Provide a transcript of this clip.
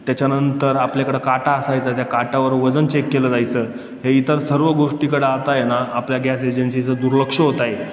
त्याच्यानंतर आपल्या इकडं काटा असायचा त्या काट्यावर वजन चेक केलं जायचं हे इतर सर्व गोष्टीकडं आता आहे ना आपल्या गॅस एजन्सीचं दुर्लक्ष होत आहे